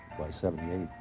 by seventy eight,